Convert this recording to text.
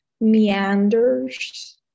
meanders